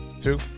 two